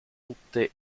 tutte